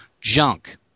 junk